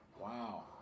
Wow